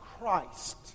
Christ